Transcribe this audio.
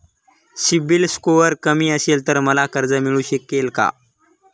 CIBIL score कमी असेल तर मला कर्ज मिळू शकेल का?